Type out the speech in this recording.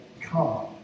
Come